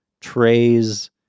trays